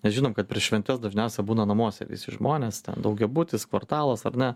nes žinom kad per šventes dažniausia būna namuose visi žmonės daugiabutis kvartalas ar ne